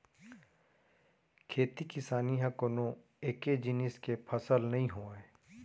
खेती किसानी ह कोनो एके जिनिस के फसल नइ होवय